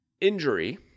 Injury